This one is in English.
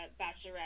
bachelorette